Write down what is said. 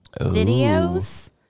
videos